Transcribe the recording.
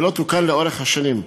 ולא תוקן לאורך השנים,